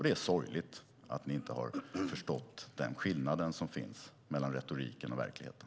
Det är sorgligt att ni inte har förstått den skillnad som finns mellan retoriken och verkligheten.